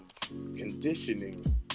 conditioning